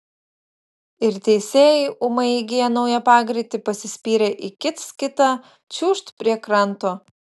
ir teisėjai ūmai įgiję naują pagreitį pasispyrę į kits kitą čiūžt prie kranto